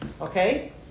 Okay